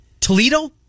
Toledo